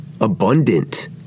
abundant